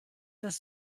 das